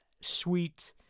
sweet